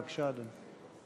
בבקשה, אדוני.